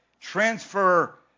transfer